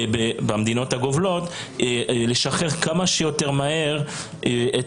במדינות הגובלות צריך לשחרר כמה שיותר מהר את